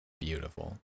beautiful